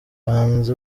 bahanzi